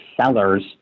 sellers